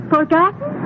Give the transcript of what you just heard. Forgotten